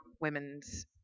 women's